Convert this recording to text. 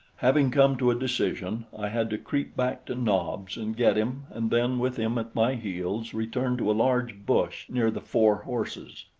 having come to a decision, i had to creep back to nobs and get him, and then with him at my heels return to a large bush near the four horses.